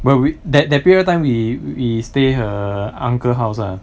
well we that that period time we we we stay her uncle house ah